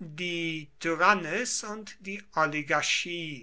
die tyrannis und die oligarchie